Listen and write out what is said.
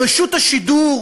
רשות השידור